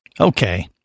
Okay